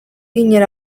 ginen